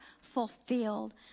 fulfilled